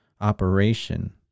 operation